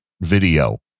video